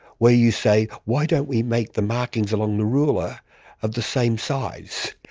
where you say, why don't we make the markings along the ruler of the same size?